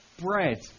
bread